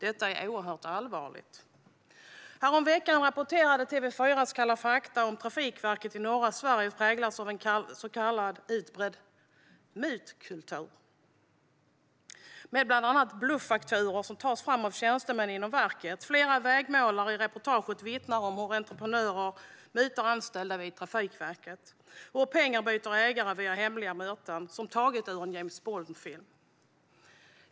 Detta är oerhört allvarligt. Häromveckan rapporterade TV4:s Kalla fakta om att Trafikverket i norra Sverige präglas av en utbredd mutkultur. Bland annat tas bluffakturor fram av tjänstemän inom verket. Flera vägmålare i reportaget vittnar om hur entreprenörer mutar anställda vid Trafikverket. Pengar byter ägare vid hemliga möten, som taget ur en James Bond-film.